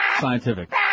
scientific